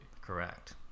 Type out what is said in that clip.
Correct